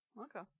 Okay